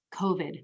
COVID